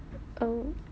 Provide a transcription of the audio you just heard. oh